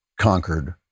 conquered